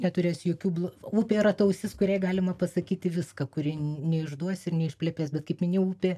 neturės jokių blo upė yra ta ausis kuriai galima pasakyti viską kuri neišduos ir neišplepės bet kaip minėjau upė